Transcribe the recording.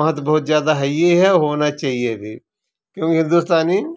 महत्व बहुत ज्यादा है ही और होना चाहिए भी कि वो हिंदुस्तानी